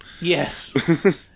Yes